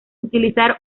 utilizar